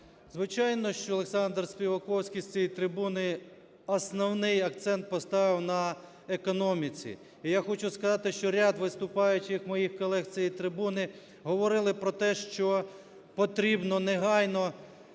Звичайно, що Олександр Співаковський з цієї трибуни основний акцент поставив на економіці. І я хочу сказати, що ряд виступаючих моїх колег з цієї трибуни говорили про те, що потрібно негайно